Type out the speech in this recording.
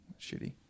shitty